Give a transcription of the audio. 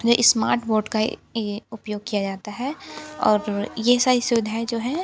ये smart board का उपयोग किया जाता है और ये सारी सुविधाएँ जो हैं